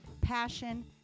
passion